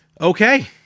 Okay